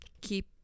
keep